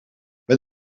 met